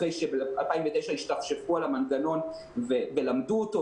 אחרי שב-2009 השתפשפו על המנגנון ולמדו אותו,